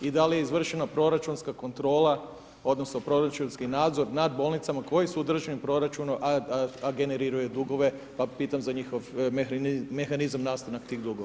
I da li je izvršena proračunska kontrola, odnosno, proračunski nadzor, nad bolnicama, koji su u državnom proračunu, a generiraju dugove, pa pitam za njihov mehanizam, nastanak tih dugova.